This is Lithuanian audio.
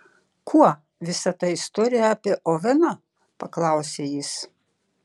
kuo visa ta istorija apie oveną paklausė jis